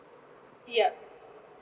yup